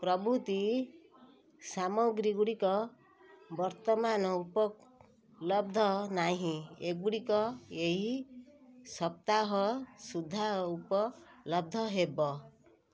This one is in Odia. ପ୍ରଭୃତି ସାମଗ୍ରୀଗୁଡ଼ିକ ବର୍ତ୍ତମାନ ଉପଲବ୍ଧ ନାହିଁ ଏଗୁଡ଼ିକ ଏହି ସପ୍ତାହ ସୁଦ୍ଧା ଉପଲବ୍ଧ ହେବ